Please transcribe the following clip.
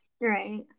Right